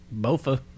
Bofa